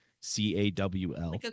c-a-w-l